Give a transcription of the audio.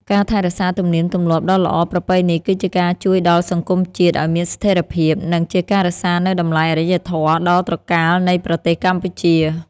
ការថែរក្សាទំនៀមទម្លាប់ដ៏ល្អប្រពៃនេះគឺជាការជួយដល់សង្គមជាតិឱ្យមានស្ថិរភាព និង ជាការរក្សានូវតម្លៃអរិយធម៌ដ៏ត្រកាលនៃប្រទេសកម្ពុជា។